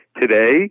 today